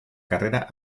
carrera